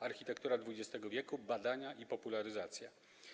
Architektura XX w. - badania i popularyzacja”